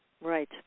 Right